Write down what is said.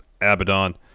Abaddon